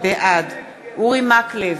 בעד אורי מקלב,